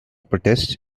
protests